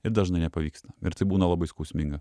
ir dažnai nepavyksta ir tai būna labai skausminga